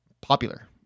popular